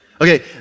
Okay